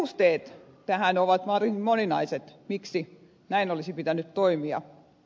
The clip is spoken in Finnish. perusteet tähän ovat varsin moninaiset miksi näin olisi pitänyt toimia